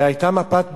והיתה מפת דרכים,